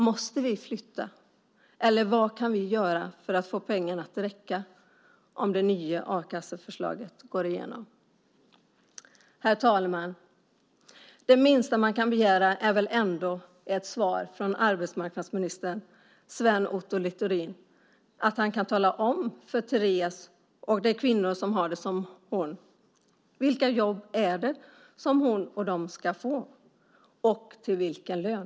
Måste vi flytta, eller vad kan vi göra för att få pengarna att räcka om det nya a-kasseförslaget går igenom? Herr talman! Det minsta man kan begära är väl ändå ett svar från arbetsmarknadsministern. Sven Otto Littorin, kan du tala om för Therese och de kvinnor som har det som hon: Vilka jobb är det som hon och de andra ska få, och till vilken lön?